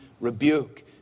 rebuke